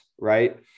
right